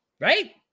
right